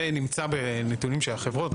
זה נמצא בנתונים של החברות,